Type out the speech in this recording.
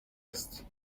است